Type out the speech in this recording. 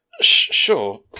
Sure